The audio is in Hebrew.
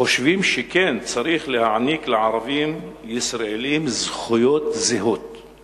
חושבים שכן צריך להעניק לערבים-ישראלים זכויות זהות;